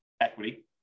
equity